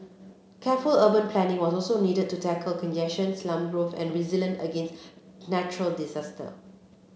careful urban planning was also needed to tackle congestion slum growth and resilience against natural disaster